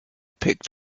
picked